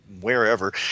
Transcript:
wherever